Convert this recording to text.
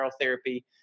therapy